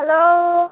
hello